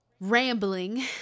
rambling